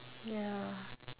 ya